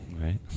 Right